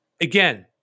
again